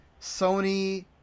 Sony